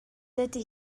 dydy